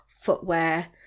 footwear